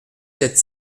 sept